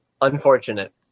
Unfortunate